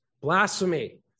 blasphemy